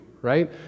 right